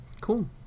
cool